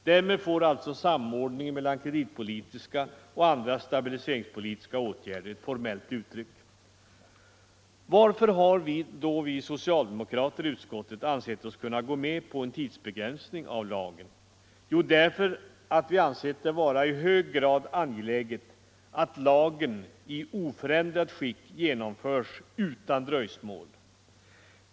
Därmed får alltså samordningen mellan kreditpolitiska och andra stabiliseringspolitiska åtgärder ett formellt uttryck. Varför har då vi socialdemokrater i utskottet ansett oss kunna gå med på en tidsbegränsning av lagen? Jo, därför att vi har ansett det vara i hög grad angeläget att lagen i oförändrat skick genomförs utan dröjsmål.